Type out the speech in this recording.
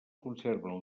conserven